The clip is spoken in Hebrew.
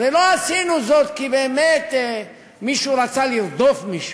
הרי לא עשינו זאת כי באמת מישהו רצה לרדוף מישהו.